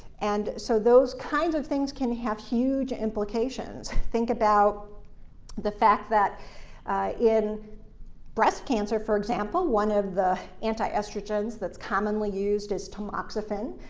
and so those kinds of things can have huge implications. think about the fact that in breast cancer, for example, one of the antiestrogens that commonly used is tamoxifen.